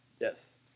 Yes